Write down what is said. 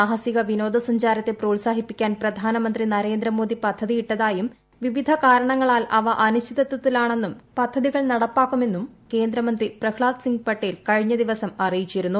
സാഹസിക വിനോദ സഞ്ചാര രംഗത്തെ പ്രോത്സാഹിപ്പിക്കാൻ പ്രധാനമന്ത്രി നരേന്ദ്രമോദി പദ്ധതിയിട്ടതായും വിവിധ കാരണങ്ങളാൽ അവ അനിശ്ചിതത്വ ത്തിലാണെന്നും പദ്ധതി നടപ്പാക്കുമെന്നും കേന്ദ്രമന്ത്രി പ്രഹ്ളാദ് സിംഗ് പട്ടേൽ കഴിഞ്ഞ ദിവസം അറിയിച്ചിരുന്നു